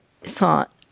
thought